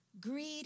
Greed